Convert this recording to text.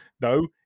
No